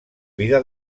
vida